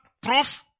Proof